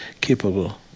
capable